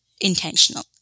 intentional